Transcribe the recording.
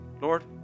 Lord